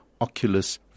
Oculus